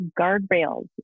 guardrails